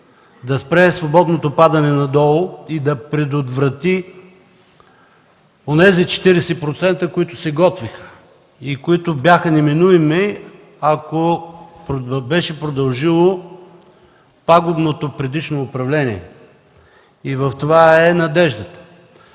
да спре свободното падане надолу и да предотврати онези 40%, които се готвиха и бяха неминуеми, ако беше продължило пагубното предишно управление и в това е надеждата.